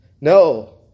No